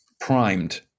primed